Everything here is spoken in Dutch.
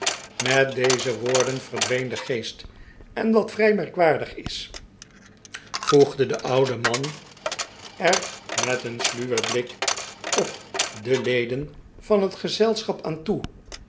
met deze woorden verdween de geest en wat vrij merkwaardig is voegde de oude man er met een sluwen blik op de leden van het gezelschap aan toe